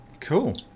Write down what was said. Cool